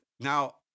Now